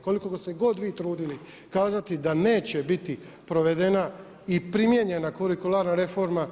Koliko god se vi trudili kazati da neće biti provedena i primijenjena kurikularna reforma,